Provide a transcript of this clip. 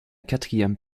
quatrième